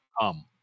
come